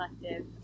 collective